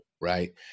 right